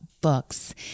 books